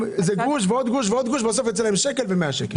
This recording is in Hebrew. הגרוש ועוד גרוש ועוד גרוש האלה בסוף יוצאים ביחד 100 שקל.